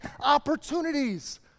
opportunities